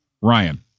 Ryan